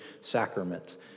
sacrament